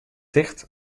ticht